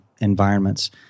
environments